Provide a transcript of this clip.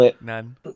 None